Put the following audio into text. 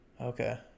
Okay